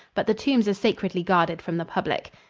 but the tombs are sacredly guarded from the public.